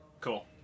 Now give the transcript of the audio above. Cool